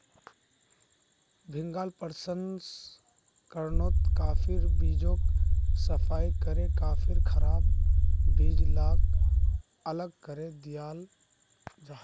भीन्गाल प्रशंस्कर्नोत काफिर बीजोक सफाई करे काफिर खराब बीज लाक अलग करे दियाल जाहा